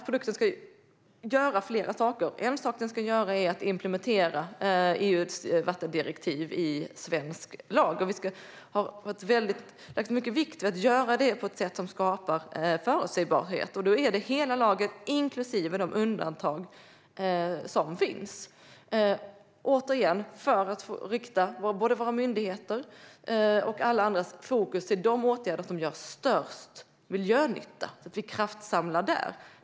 Produkten ska göra flera saker. En sak den ska göra är att implementera EU:s vattendirektiv i svensk lag, och vi har lagt stor vikt vid att göra det på ett sätt som skapar förutsägbarhet. Då gäller det hela lagen, inklusive de undantag som finns. Återigen: Det handlar om att rikta både våra myndigheters och alla andras fokus till de åtgärder som gör störst miljönytta, så att vi kraftsamlar där.